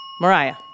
Mariah